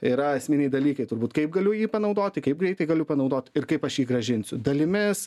yra esminiai dalykai turbūt kaip galiu jį panaudoti kaip greitai galiu panaudot ir kaip aš jį grąžinsiu dalimis